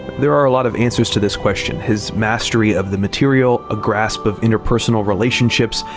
there are a lot of answers to this question his mastery of the material, a grasp of interpersonal relationships,